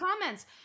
comments